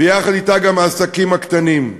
ויחד אתה גם העסקים הקטנים.